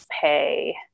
pay